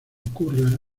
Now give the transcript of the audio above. ocurra